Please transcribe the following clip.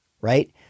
right